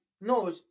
No